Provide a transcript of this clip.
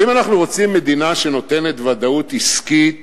האם אנחנו רוצים מדינה שנותנת ודאות עסקית